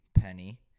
Penny